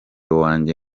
wanjye